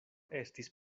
estis